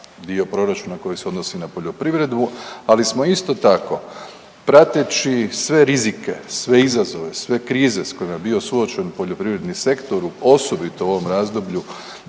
dio proračuna koji se odnosi na poljoprivredu, ali smo, isto tako, prateći sve rizike, sve izazove, sve krize s kojima je bio suočen poljoprivredni sektor, osobito u ovom razdoblju